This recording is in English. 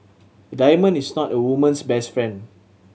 a diamond is not a woman's best friend